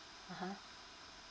a'ah